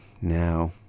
now